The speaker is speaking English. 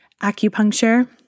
Acupuncture